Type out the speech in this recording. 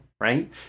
right